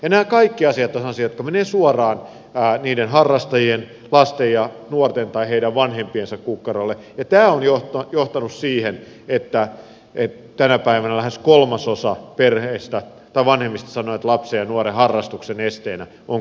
nämä kaikki asiat ovat semmoisia jotka menevät suoraan niiden harrastajien lasten ja nuorten tai heidän vanhempiensa kukkarolle ja tämä on johtanut siihen että tänä päivänä lähes kolmasosa vanhemmista sanoo että lapsen ja nuoren harrastuksen esteenä ovat kustannukset